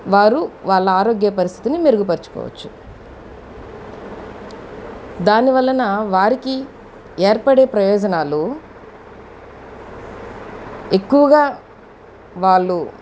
వారు వాళ్ళ ఆరోగ్య పరిస్థితిని మెరుగు పరుచుకోవచ్చు దాని వలన వారికి ఏర్పడే ప్రయోజనాలు ఎక్కువుగా వాళ్ళు